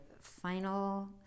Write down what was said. final